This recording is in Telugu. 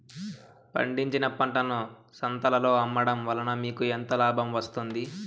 పండించిన పంటను సంతలలో అమ్మడం వలన మీకు ఎంత లాభం వస్తుంది?